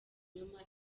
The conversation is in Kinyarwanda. binyoma